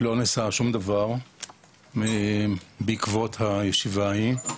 לא נעשה שום דבר בעקבות הישיבה ההיא.